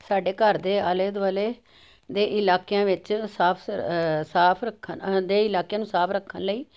ਸਾਡੇ ਘਰ ਦੇ ਆਲੇ ਦੁਆਲੇ ਦੇ ਇਲਾਕਿਆਂ ਵਿੱਚ ਸਾਫ਼ ਸਾਫ਼ ਰੱਖਣ ਦੇ ਇਲਾਕਿਆਂ ਨੂੰ ਸਾਫ਼ ਰੱਖਣ ਲਈ